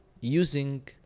using